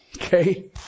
Okay